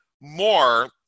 more